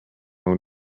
own